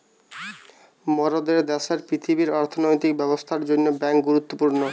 মোরদের দ্যাশের পৃথিবীর অর্থনৈতিক ব্যবস্থার জন্যে বেঙ্ক গুরুত্বপূর্ণ